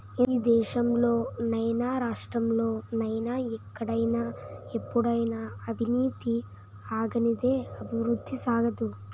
ఈ దేశంలో నైనా రాష్ట్రంలో నైనా ఎక్కడైనా ఎప్పుడైనా అవినీతి ఆగనిదే అభివృద్ధి సాగదు